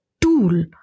tool